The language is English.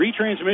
retransmission